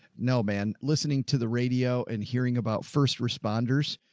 no man. listening to the radio and hearing about first responders.